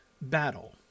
battle